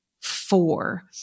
four